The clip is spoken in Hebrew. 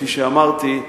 כפי שאמרתי,